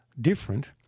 different